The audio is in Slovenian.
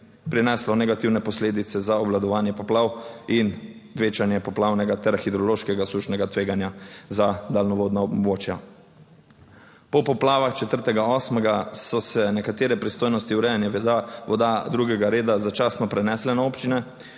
prineslo negativne posledice za obvladovanje poplav in večanje poplavnega ter hidrološkega sušnega tveganja za daljnovodna območja. Po poplavah 4. 8. so se nekatere pristojnosti urejanja voda drugega reda začasno prenesle na občine.